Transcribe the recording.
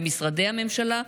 במשרדי הממשלה,